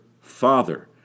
Father